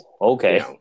okay